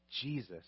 Jesus